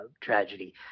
tragedy